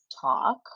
talk